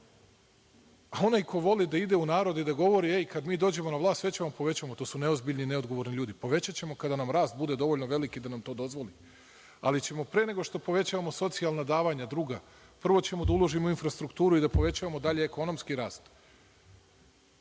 a onaj ko voli da ide u narod i da govori – kada mi dođemo na vlast, sve ćemo da povećamo, to su neozbiljni i neodgovorni ljudi. Povećaćemo kada nam rast bude dovoljno veliki da nam to dozvoli, ali ćemo pre nego što povećamo druga socijalna davanja, prvo ćemo da uložimo u infrastrukturu i da povećamo dalji ekonomski rast,